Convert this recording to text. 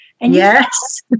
Yes